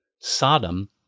Sodom